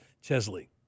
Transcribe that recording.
Chesley